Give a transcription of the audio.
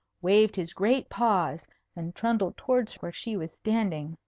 waved his great paws and trundled towards where she was standing.